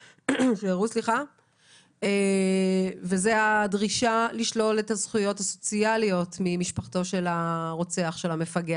זו הדרישה למנוע את הזכויות הסוציאליות ממשפחתו של המפגע.